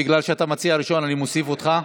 בגלל שאתה המציע הראשון אני מוסיף אותך.